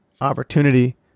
opportunity